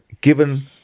Given